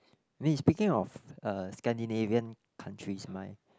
I mean speaking of a Scandinavian countries my